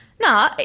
No